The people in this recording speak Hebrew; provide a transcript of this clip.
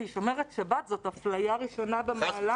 היא שומרת שבת זאת אפליה ראשונה במעלה.